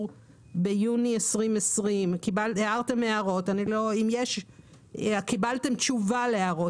ביוני 2020. הערתם הערות וקיבלתם תשובות להערות.